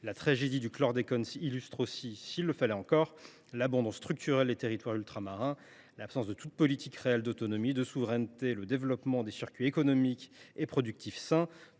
La tragédie du chlordécone illustre aussi, s’il le fallait encore, l’abandon structurel des territoires ultramarins. L’absence de toute politique réelle d’autonomie et de souveraineté, le faible développement de circuits économiques et productifs sains,